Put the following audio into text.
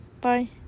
Bye